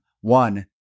One